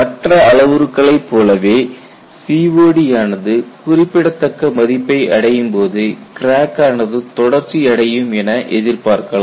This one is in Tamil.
மற்ற அளவுருக்களை போலவே COD ஆனது குறிப்பிடத்தக்க மதிப்பை அடையும்போது கிராக் ஆனது தொடர்ச்சி அடையும் என எதிர்பார்க்கலாம்